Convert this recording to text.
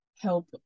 help